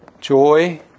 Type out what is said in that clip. joy